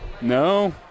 No